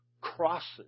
crosses